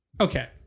Okay